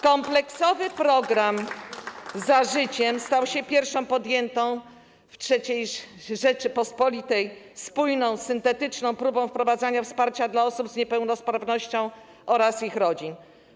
Kompleksowy program „Za życiem” stał się pierwszą podjętą w III Rzeczypospolitej spójną, syntetyczną próbą wprowadzenia wsparcia dla osób z niepełnosprawnością oraz ich rodzin.